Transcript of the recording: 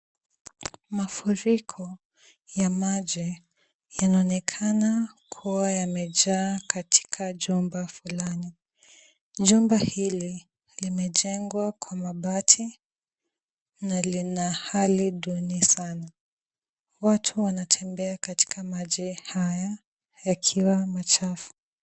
Mafuriko ya maji inaonekana kuwa yamejaa katika jumba fulani. Jumba hii limejengwa kwa mabati na lina hali duni sana. Watu wanatembea katika maji haya yakiwa machafu.